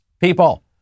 people